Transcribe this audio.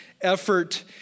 Effort